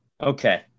Okay